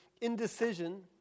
indecision